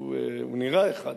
הוא נראה אחד.